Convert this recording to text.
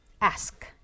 ask